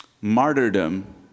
martyrdom